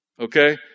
Okay